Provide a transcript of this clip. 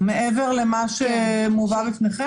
מעבר למה שמובא בפניכם?